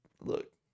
Look